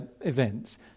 events